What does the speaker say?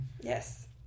Yes